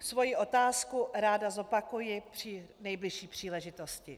Svoji otázku ráda zopakuji při nejbližší příležitosti.